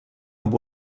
amb